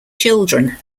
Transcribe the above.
children